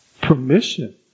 permission